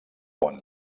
món